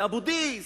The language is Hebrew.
לאבו-דיס,